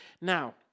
Now